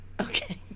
Okay